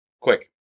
quick